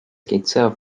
itself